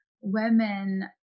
women